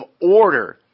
order